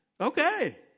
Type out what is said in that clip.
okay